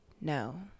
no